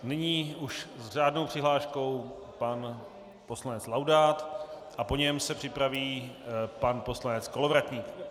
Nyní s řádnou přihláškou pan poslanec Laudát a po něm se připraví pan poslanec Kolovratník.